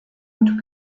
und